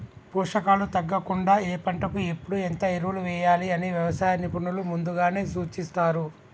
పోషకాలు తగ్గకుండా ఏ పంటకు ఎప్పుడు ఎంత ఎరువులు వేయాలి అని వ్యవసాయ నిపుణులు ముందుగానే సూచిస్తారు